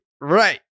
Right